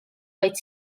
vaid